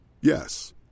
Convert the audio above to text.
Yes